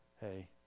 Hey